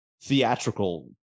theatrical